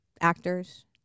Actors